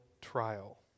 trial